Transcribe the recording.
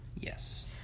yes